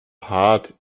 hart